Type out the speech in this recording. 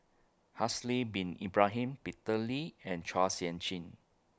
Haslir Bin Ibrahim Peter Lee and Chua Sian Chin